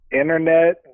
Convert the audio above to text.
internet